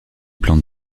plante